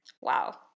Wow